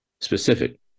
Specific